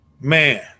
man